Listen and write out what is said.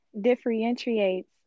differentiates